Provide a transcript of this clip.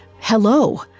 hello